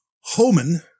Homan